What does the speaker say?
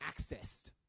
accessed